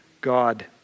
God